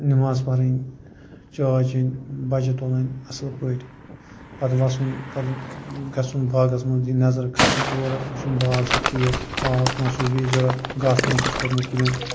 نٮ۪ماز پَٕرنۍ چاے چیٚنۍ بَچہِ تُلٕنۍ اَصٕل پٲٹھۍ پَتہٕ وَسُن پَتہٕ گَژھُن باغَس منٛز دِنۍ نظر کَھسُن اورٕ وُچھُن باغ چھا ٹھیٖک آب ما چھُس بیٚیہِ ضروٗرت گاسہٕ ما چھُس کھوٚتمُت کُلیٚن